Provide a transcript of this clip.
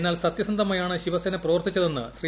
എന്നാൽ സത്യസന്ധമായാണ് ശിവസേന പ്രവർത്തിച്ചതെന്ന് ശ്രീ